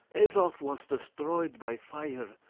azof was destroyed by fire,